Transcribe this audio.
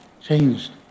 changed